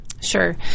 Sure